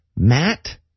Matt